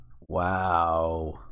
wow